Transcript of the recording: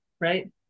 right